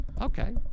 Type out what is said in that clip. Okay